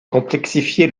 complexifier